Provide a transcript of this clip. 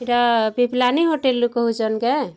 ଏଇଟା ପ୍ରିପ୍ଲାନିଙ୍ଗ୍ ହୋଟେଲ୍ରୁ କହୁଚନ୍ କେଁ